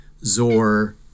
Zor